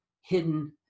hidden